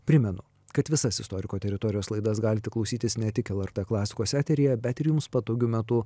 primenu kad visas istoriko teritorijos laidas galite klausytis ne tik lrt klasikos eteryje bet ir jums patogiu metu